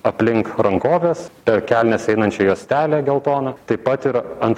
aplink rankoves per kelnes einančią juostelę geltoną taip pat ir ant